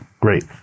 Great